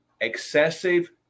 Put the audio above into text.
excessive